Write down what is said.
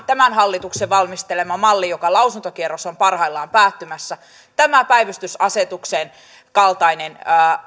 tämän hallituksen valmistelemaan malliin jonka lausuntokierros on parhaillaan päättymässä tämä päivystysasetuksen kaltainen